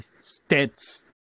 states